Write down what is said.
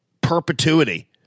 perpetuity